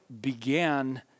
began